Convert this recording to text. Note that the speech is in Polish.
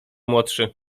młodszy